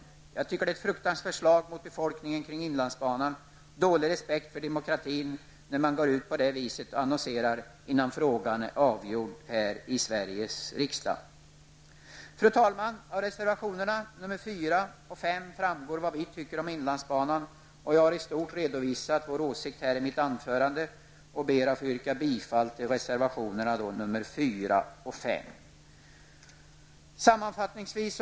Jag tycker att det innebär ett fruktansvärt slag mot befolkningen kring inlandsbanan och dålig respekt för demokratin, när man går ut på detta vis och annonserar innan frågan är avgjord i Sveriges riksdag. Fru talman! Av reservationerna 4 och 5 framgår vad vi tycker om inlandsbanan. Jag har i stort redovisat vår åsikt här i mitt anförande och ber att få yrka bifall till reservationerna 4 och 5.